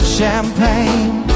champagne